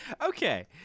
Okay